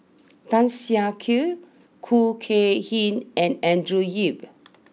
Tan Siak Kew Khoo Kay Hian and Andrew Yip